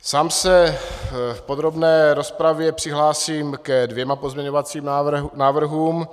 Sám se v podrobné rozpravě přihlásím ke dvěma pozměňovacím návrhům.